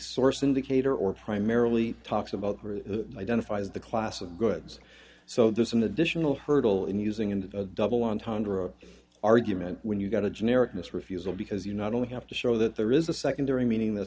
source indicator or primarily talks about identify the class of goods so there's an additional hurdle in using in the double entendre argument when you've got a generic miss refusal because you not only have to show that there is a nd during meaning that